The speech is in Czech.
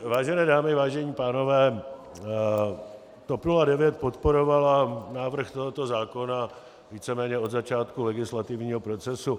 Vážené dámy, vážení pánové, TOP 09 podporovala návrh tohoto zákona víceméně od začátku legislativního procesu.